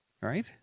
right